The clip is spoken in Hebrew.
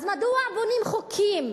אז מדוע בונים חוקים?